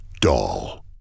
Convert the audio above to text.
doll